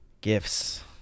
Gifts